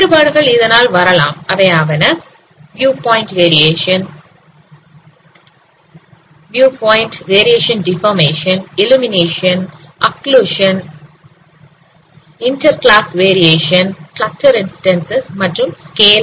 வேறுபாடுகள் இதனால் வரலாம் அவையாவன viewpoint variation deformation illumination occlusion inter class variation clutter instances மற்றும் ஸ்கேல்